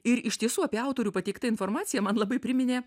ir iš tiesų apie autorių pateikta informacija man labai priminė